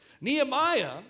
Nehemiah